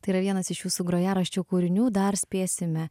tai yra vienas iš jūsų grojaraščio kūrinių dar spėsime